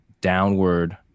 downward